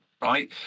right